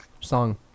song